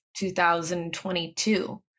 2022